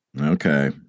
Okay